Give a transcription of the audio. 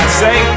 say